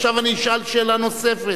עכשיו אני אשאל שאלה נוספת.